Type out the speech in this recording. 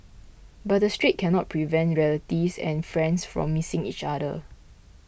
but the Strait cannot prevent relatives and friends from missing each other